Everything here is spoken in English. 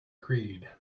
creed